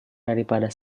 daripada